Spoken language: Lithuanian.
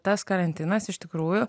tas karantinas iš tikrųjų